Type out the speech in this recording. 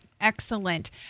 Excellent